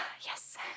Yes